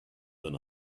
than